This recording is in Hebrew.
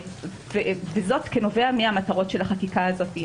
וזה נובע מהמטרות של החקיקה הזאת.